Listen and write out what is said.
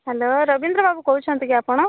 hello Rabindra babu କହୁଛନ୍ତି କି ଆପଣ